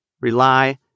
rely